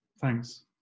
Thanks